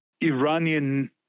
Iranian